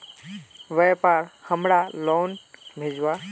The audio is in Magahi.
व्यापार हमार लोन भेजुआ?